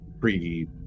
pre